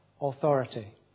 authority